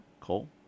Cole